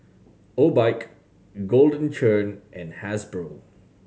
Obike Golden Churn and Hasbro